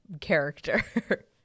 character